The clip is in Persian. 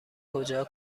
کجا